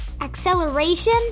acceleration